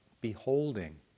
beholding